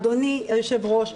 אדוני היושב-ראש,